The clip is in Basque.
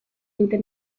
dute